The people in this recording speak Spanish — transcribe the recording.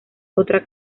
otra